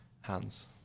hands